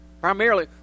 Primarily